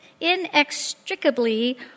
inextricably